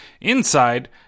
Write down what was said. inside